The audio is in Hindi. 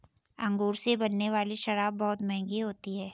अंगूर से बनने वाली शराब बहुत मँहगी होती है